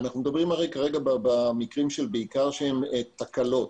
אנחנו מדברים כרגע בעיקר במקרים שהם תקלות.